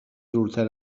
دورتر